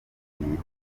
igihumbi